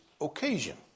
occasion